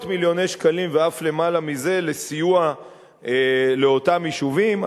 מיליוני שקלים ואף למעלה מזה לסיוע לאותם יישובים.